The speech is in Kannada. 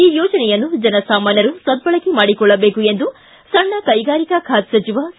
ಈ ಯೋಜನೆಯನ್ನು ಜನಸಾಮಾನ್ಯರು ಸದ್ದಳಕೆ ಮಾಡಿಕೊಳ್ಳಬೇಕು ಎಂದು ಸಣ್ಣ ಕೈಗಾರಿಕೆ ಖಾತೆ ಸಚಿವ ಸಿ